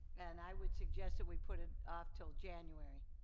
and i would suggest that we put it off til january.